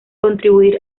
contribuir